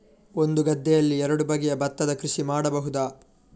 ಒಂದು ಗದ್ದೆಯಲ್ಲಿ ಎರಡು ಬಗೆಯ ಭತ್ತದ ಕೃಷಿ ಮಾಡಬಹುದಾ?